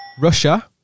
Russia